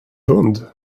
hund